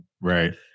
Right